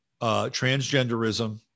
transgenderism